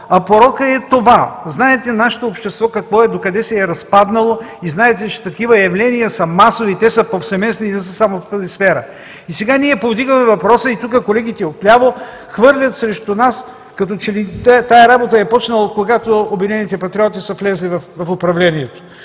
а порокът е това. Знаете нашето общество докъде се е разпаднало и знаете, че такива явления са масови, те са повсеместни и не са само в тази сфера. И сега ние повдигаме въпроса и тук колегите от ляво се хвърлят срещу нас като че ли тази работа е започнала, когато „Обединените патриоти“ са влезли в управлението.